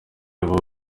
aba